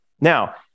Now